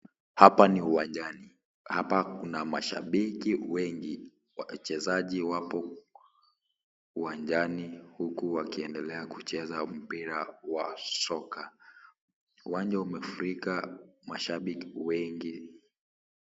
Hapa ni uwanjani, hapa kuna mashabiki wengi. Wachezaji wapo uwanjani huku wakiendelea kucheza mpira wa soka. Uwanja umefurika mashabiki wengi.